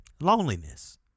Loneliness